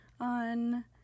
on